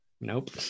Nope